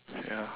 ya